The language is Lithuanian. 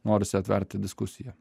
norisi atverti diskusiją